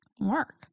work